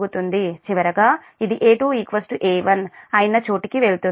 చివరగా ఇది A2 A1 అయిన చోటికి వెళ్తుంది